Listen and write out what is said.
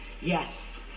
Yes